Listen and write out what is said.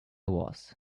was